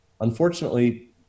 Unfortunately